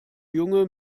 junge